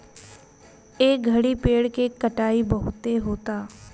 ए घड़ी पेड़ के कटाई बहुते होता